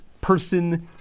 person